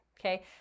okay